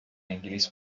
انگلیس